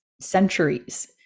centuries